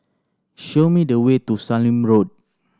show me the way to Sallim Road